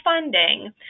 funding